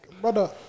Brother